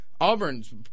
Auburn's